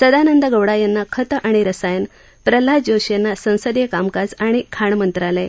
सदानंद गौडा यांना खतं आणि रसायन प्रल्हाद जोशी यांना संसदीय कामकाज आणि खाण मंत्रालय